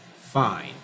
fine